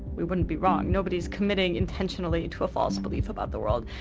we wouldn't be wrong. nobody's committing intentionally to a false belief about the world.